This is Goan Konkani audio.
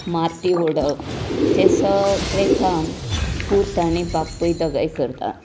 माती ओडप हे सगळें काम पूत आनी बापूय दोगांय करतात